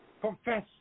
confess